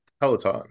Peloton